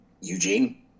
Eugene